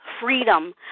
freedom